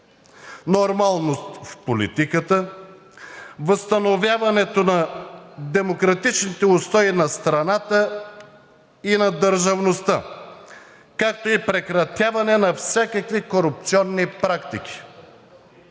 нормалност в политиката, възстановяването на демократичните устои на страната и на държавността, както и прекратяването на всякакви корупционни практики.